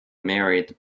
married